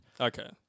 Okay